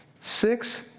six